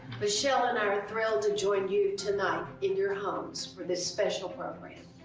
michelle and i are thrilled to join you tonight in your homes for this special program.